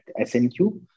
SNQ